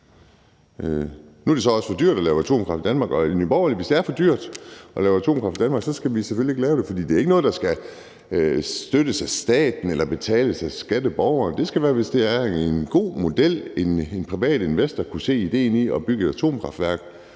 Nu er det så også for dyrt at lave atomkraft i Danmark, og hvis det er for dyrt at lave atomkraft i Danmark, skal vi selvfølgelig ikke lave det, for det er ikke noget, der skal støttes af staten eller betales af skatteborgerne. Hvis det er en god model, og hvis en privat investor kan se idéen i at bygge et atomkraftværk,